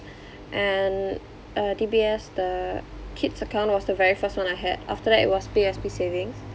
and uh D_B_S the kid's account was the very first one I had after that it was P_O_S_B savings